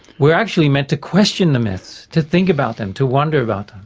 we're actually meant to question the myths, to think about them, to wonder about